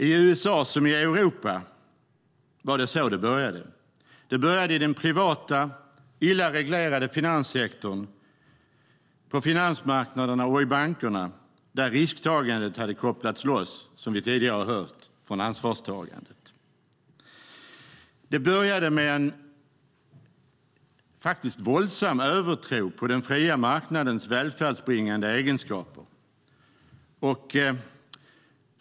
I USA som i Europa var det så det började. Det började i den privata, illa reglerade finanssektorn, på finansmarknaderna och i bankerna, där risktagandet hade kopplats loss från ansvarstagandet, som vi tidigare har hört. Det började faktiskt med en våldsam övertro på den fria marknadens välfärdsbringande egenskaper.